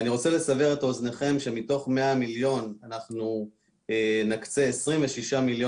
אני רוצה לסבר את אוזניכם שמתוך 100 מיליון נקצה 26 מיליון